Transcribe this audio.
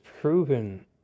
proven